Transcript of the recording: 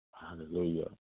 Hallelujah